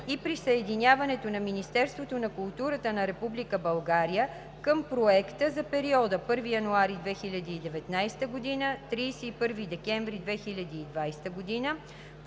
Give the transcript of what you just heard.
и присъединяването на Министерството на културата на Република България към проекта за периода 1 януари 2019 г. – 31 декември 2020 г.,